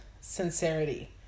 sincerity